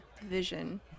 vision